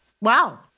Wow